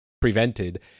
prevented